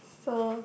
so